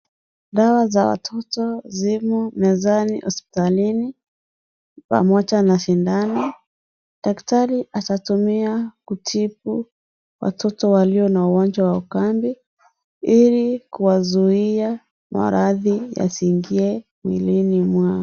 Dawa za watoto zimo mezani hospitalini pamoja na sindano, daktari atatumia kutibu watoto walio na ugonjw awa ukambi ili kuwazuia maradhi yasiingie mwilini mwao.